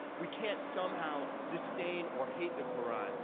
we can't somehow disdain or hate the qur an.